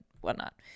whatnot